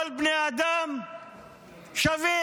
כל בני האדם שווים.